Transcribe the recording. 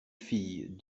fille